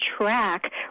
track